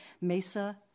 Mesa